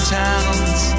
towns